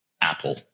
apple